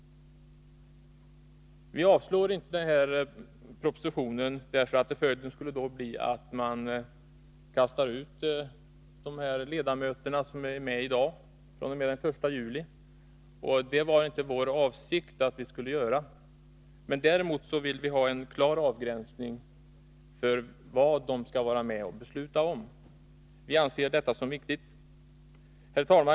Vi yrkar inte avslag på propositionen i fråga. Följden skulle ju bli att de ledamöter som i dag sitter med i styrelserna kastas ut fr.o.m. den 1 juli. Det harinte varit vår avsikt. Däremot vill vi ha en klar avgränsning när det gäller vad ledamöterna skall vara med och besluta om. Vi anser detta vara viktigt. Herr talman!